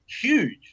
huge